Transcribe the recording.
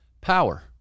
power